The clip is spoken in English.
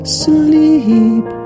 sleep